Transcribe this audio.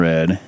Red